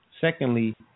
Secondly